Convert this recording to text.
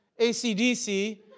ACDC